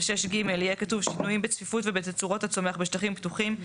ב-(6)(ג) יהיה כתוב: "שינויים בצפיפות ובתצורות הצומח בשטחים פתוחים,